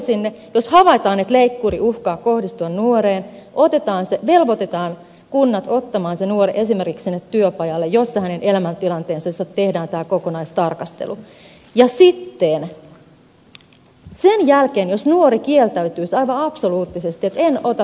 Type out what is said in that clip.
jos havaitaan että leikkuri uhkaa kohdistua nuoreen velvoitetaan kunnat ottamaan se nuori esimerkiksi sinne työpajalle jossa hänen elämäntilanteestaan tehdään kokonaistarkastelu ja sen jälkeen jos nuori kieltäytyisi aivan absoluuttisesti että en ota työpajapaikkaa niin sitten tehtäisiin se leikkaus